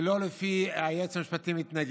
זה לא לפי, היועץ המשפטי מתנגד,